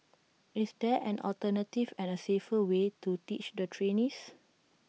is there an alternative and A safer way to teach the trainees